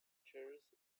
chairs